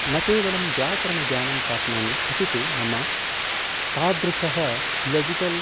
न केवलं व्याकरणज्ञानं प्राप्नोमि अपि तु मम तादृशः लजिकल्